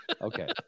Okay